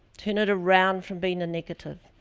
turn it around from being a negative.